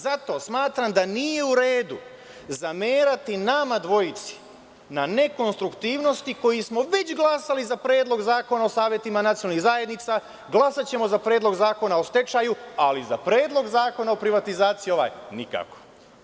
Zato smatram da nije u redu zamerati nama dvojici na nekonstruktivnosti, koji smo već glasali za Predlog zakona o savetima nacionalnih zajednica, glasaćemo za Predlog zakona o stečaju, ali za Predlog zakona o privatizaciji nikako.